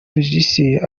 vujicic